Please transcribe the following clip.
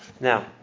Now